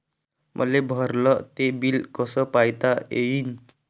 मले भरल ते बिल कस पायता येईन?